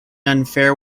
unfair